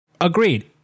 Agreed